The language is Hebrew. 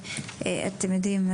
אתם יודעים,